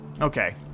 Okay